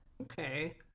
Okay